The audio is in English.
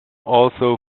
also